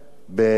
בשונה